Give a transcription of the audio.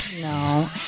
No